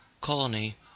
Colony